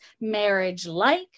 marriage-like